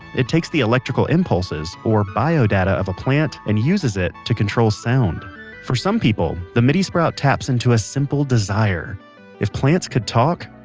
it takes the electrical impulses or bio data of a plant and uses it to control sound for some people, the midi sprout taps into a simple desire if plants could talk.